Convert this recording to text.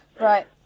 Right